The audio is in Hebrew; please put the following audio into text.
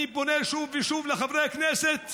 אני פונה שוב ושוב לחברי הכנסת